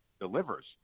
delivers